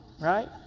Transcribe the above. Right